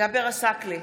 ג'אבר עסאקלה,